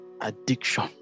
addiction